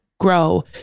Grow